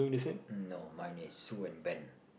no mine is Sue and Ben